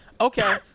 Okay